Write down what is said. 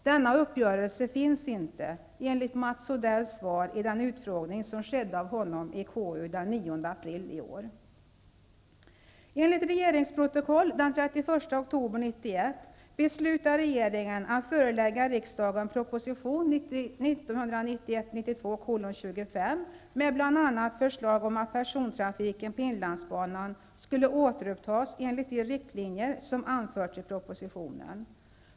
Denna uppgörelse finns inte, enligt Mats Odells svar, med i den utfrågning av honom som skedde i KU den 9 april i år.